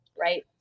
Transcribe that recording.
Right